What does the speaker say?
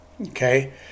Okay